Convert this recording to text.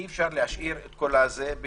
אי אפשר להשאיר את כל זה ביחד.